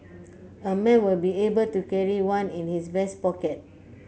a man will be able to carry one in his vest pocket